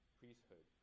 priesthood